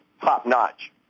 top-notch